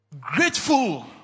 Grateful